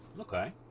Okay